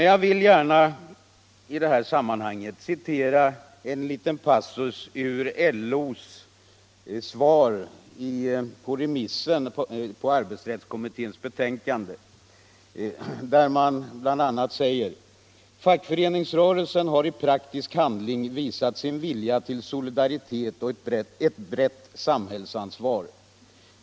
Jag vill i stället i det här sammanhanget citera en liten passus ur LO:s svar i remissen på arbetsrättskommitténs förslag. Man säger där bl.a.: ”Fackföreningsrörelsen har i praktisk handling visat sin vilja till solidaritet och ett brett samhällsansvar.